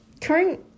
current